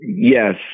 Yes